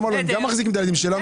הם גם מחזיקים את הילדים שלנו,